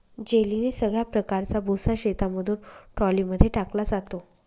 जेलीने सगळ्या प्रकारचा भुसा शेतामधून ट्रॉली मध्ये टाकला जातो